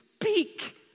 speak